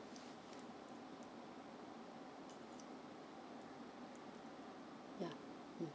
yeah mm